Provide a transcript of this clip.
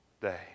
day